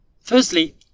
Firstly